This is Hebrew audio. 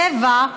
טבע,